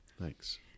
Thanks